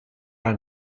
ein